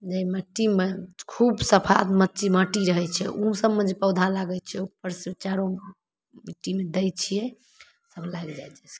जाहि मट्टीमे खूब सफा मट्टी माटी रहै छै ओ सभमे जे पौधा लागै छै ऊपर से चारो मिट्टीमे दै छियै सभ लागि जाइ जाहिसॅं कि